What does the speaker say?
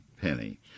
penny